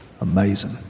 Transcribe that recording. Amazing